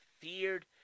feared